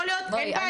יכול להיות שאין בעיה?